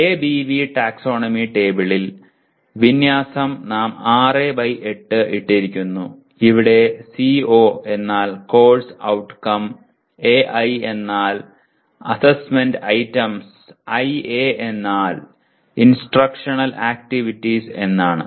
ABV taxonomy ടേബിളിൽ വിന്യാസം നാം 6 ബൈ 8 ആയി ഇട്ടിരിക്കുന്നു ഇവിടെ സിഒ എന്നാൽ കോഴ്സ് ഔട്ട്കം എഐ എന്നാൽ അസസ്മെൻറ് ഐറ്റംസ് ഐഎ എന്നാൽ ഇൻസ്ട്രക്ഷണൽ ആക്ടിവിറ്റീസ് എന്നാണ്